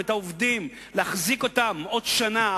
להחזיק אותם עוד שנה,